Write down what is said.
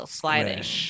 sliding